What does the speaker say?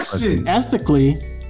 ethically